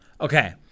Okay